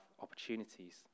opportunities